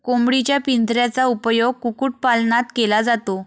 कोंबडीच्या पिंजऱ्याचा उपयोग कुक्कुटपालनात केला जातो